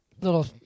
little